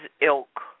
ilk